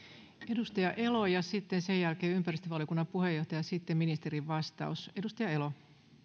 edustaja elo ja sen jälkeen ympäristövaliokunnan puheenjohtaja ja sitten ministerin vastaus